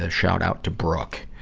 ah shout out to brooke.